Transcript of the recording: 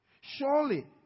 Surely